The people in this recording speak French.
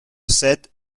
sept